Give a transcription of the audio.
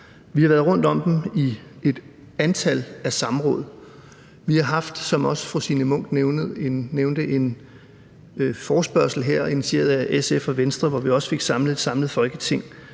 Vi har været rundt om dem i et antal samråd. Vi har, som også fru Signe Munk nævnte, haft en forespørgselsdebat her initieret af SF og Venstre, hvor vi også fik samlet et samlet Folketing